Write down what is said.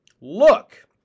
look